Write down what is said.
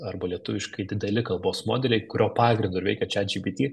arba lietuviškai dideli kalbos modeliai kurio pagrindu ir veikia chatgpt